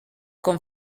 con